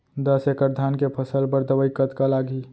दस एकड़ धान के फसल बर दवई कतका लागही?